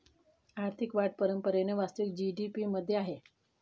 आर्थिक वाढ परंपरेने वास्तविक जी.डी.पी मध्ये आहे